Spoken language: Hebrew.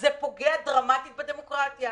זה פוגע דרמטית בדמוקרטיה.